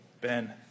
Ben